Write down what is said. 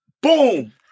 boom